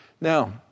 Now